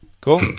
Cool